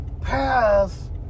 pass